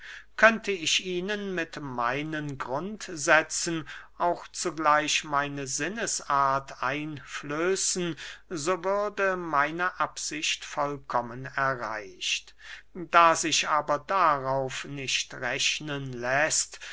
könnte ich ihnen mit meinen grundsätzen auch zugleich meine sinnesart einflößen so würde meine absicht vollkommen erreicht da sich aber darauf nicht rechnen läßt